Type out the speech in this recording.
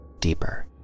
deeper